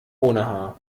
ohne